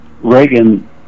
Reagan